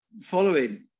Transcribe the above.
following